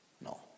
No